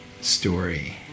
story